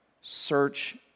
Search